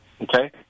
okay